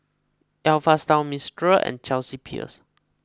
Alpha Style Mistral and Chelsea Peers